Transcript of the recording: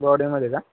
बॉडीमध्ये का